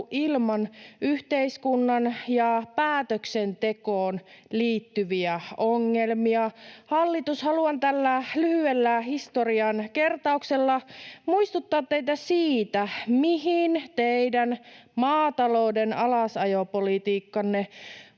ilman yhteiskuntaan ja päätöksentekoon liittyviä ongelmia. — Hallitus, haluan tällä lyhyellä historian kertauksella muistuttaa teitä siitä, mihin teidän maatalouden alasajopolitiikkanne